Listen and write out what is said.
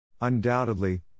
Undoubtedly